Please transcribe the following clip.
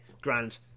grand